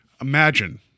imagine